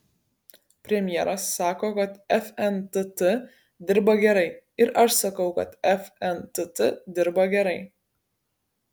premjeras sako kad fntt dirba gerai ir aš sakau kad fntt dirba gerai